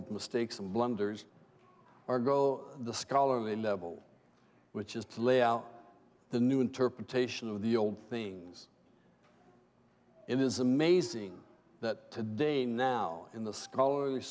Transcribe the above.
of mistakes and blunders or go the scholarly level which is to lay out the new interpretation of the old things it is amazing that today now in the scholar